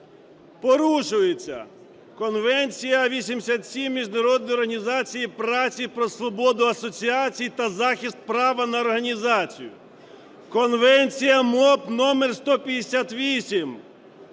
порушуються: Конвенція 87 Міжнародної організації праці про свободу асоціацій та захист права на організацію; Конвенція МОП № 158,